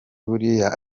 buriya